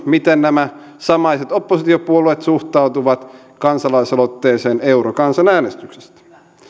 miten nämä samaiset oppositiopuolueet suhtautuvat kansalaisaloitteeseen eurokan sanäänestyksestä